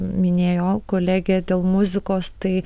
minėjo kolegė dėl muzikos tai